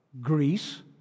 Greece